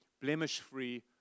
blemish-free